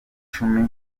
icumi